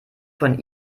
von